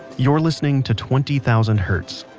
you're listening to twenty thousand hertz.